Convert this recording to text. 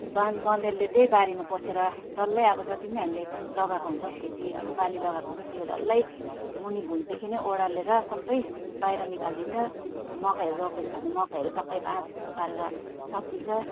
बान बँदेलले चाहिँ बारीमा पोसेर डल्लै अब जति पनि हामीले लगाएको हुन्छौँ खेती अब बाली लगाएको हुन्छ त्यो डल्लै मुनि भुइँदेखि नै ओदारेर सबै बाहिर निकालिदिन्छ मकैहरू रोपेको छ भने मकैहरू सबै भाचँभुँच पारेर सकिदिन्छ